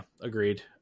agreed